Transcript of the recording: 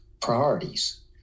priorities